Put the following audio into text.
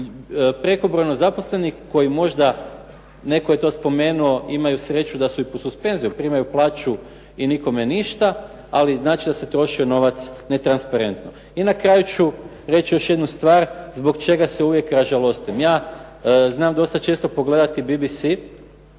prekobrojno zaposlenih koji možda, netko je to spomenuo, imaju sreću da su i pod suspenzijom, primaju plaću i nikome ništa. Ali znači da se trošio novac netransparentno. I na kraju ću reći još jednu stvar zbog čega se uvijek ražalostim. Ja znam dosta često pogledati BBC